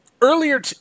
earlier